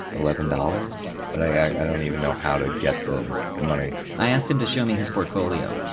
eleven dollars? but i don't even know how to get the money. i asked him to show me his portfolio.